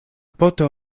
poto